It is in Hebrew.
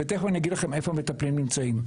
תיכף אומר לכם איפה המטפלים נמצאים.